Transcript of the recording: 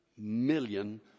million